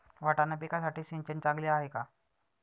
वाटाणा पिकासाठी सिंचन चांगले आहे का?